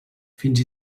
fins